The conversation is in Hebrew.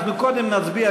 אנחנו קודם נצביע,